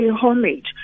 homage